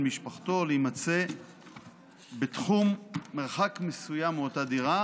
משפחתו או להימצא בתחום מרחק מסוים מאותה דירה,